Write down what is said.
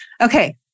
okay